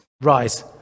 rise